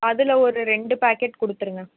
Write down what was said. அதில் ஒரு ரெண்டு பேக்கெட் கொடுத்துருங்க